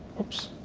whoops.